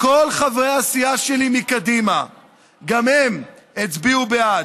כל חברי הסיעה שלי מקדימה גם הם הצביעו בעד.